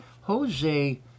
Jose